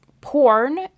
porn